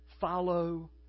follow